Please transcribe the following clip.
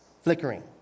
Flickering